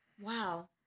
wow